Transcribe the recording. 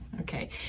Okay